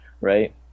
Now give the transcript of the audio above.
right